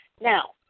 Now